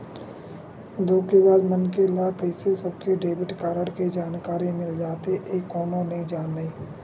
धोखेबाज मनखे ल कइसे सबके डेबिट कारड के जानकारी मिल जाथे ए कोनो नइ जानय